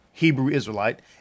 Hebrew-Israelite